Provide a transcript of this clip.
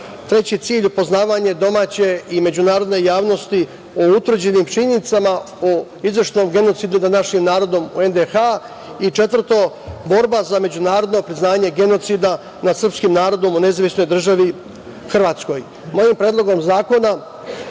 Treći cilj, upoznavanje domaće i međunarodne javnosti o utvrđenim činjenicama o izveštaju o genocidu nad našim narodom u NDH i četvrto, borba za međunarodno priznanje genocida nad srpskim narodom u nezavisnoj državi Hrvatskoj. Mojim predlogom zakona,